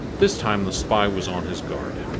this time the spy was on his guard.